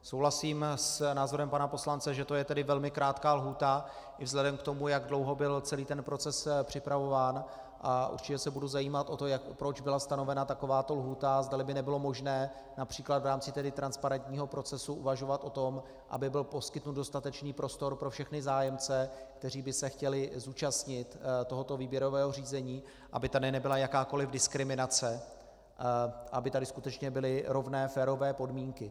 Souhlasím s názorem pana poslance, že to je tedy velmi krátká lhůta i vzhledem k tomu, jak dlouho byl celý ten proces připravován, a určitě se budu zajímat o to, proč byla stanovena takováto lhůta a zdali by nebylo možné například v rámci transparentního procesu uvažovat o tom, aby byl poskytnut dostatečný prostor pro všechny zájemce, kteří by se chtěli zúčastnit tohoto výběrového řízení, aby tady nebyla jakákoli diskriminace, aby tady skutečně byly rovné, férové podmínky.